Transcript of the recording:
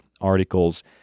articles